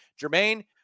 Jermaine